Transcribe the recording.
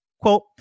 Quote